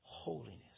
holiness